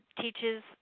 teaches